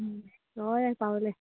हय हय पावलें